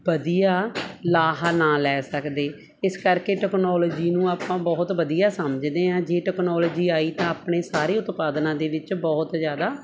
ਵਧੀਆ ਲਾਹਾ ਨਾ ਲੈ ਸਕਦੇ ਇਸ ਕਰਕੇ ਟੈਕਨੋਲੋਜੀ ਨੂੰ ਆਪਾਂ ਬਹੁਤ ਵਧੀਆ ਸਮਝਦੇ ਹਾਂ ਜੇ ਟੈਕਨੋਲੋਜੀ ਆਈ ਤਾਂ ਆਪਣੇ ਸਾਰੇ ਉਤਪਾਦਨਾਂ ਦੇ ਵਿੱਚ ਬਹੁਤ ਜ਼ਿਆਦਾ